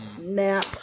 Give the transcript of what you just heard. Nap